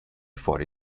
fuori